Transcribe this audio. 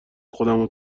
خودمو